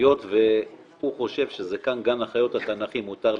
היות והוא חושב שכאן זה גן החיות התנ"כי מותר לשקר,